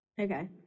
Okay